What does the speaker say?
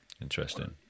Interesting